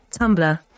Tumblr